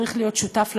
צריך להיות שותף לדברים.